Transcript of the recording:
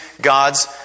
God's